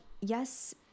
yes